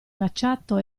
cacciato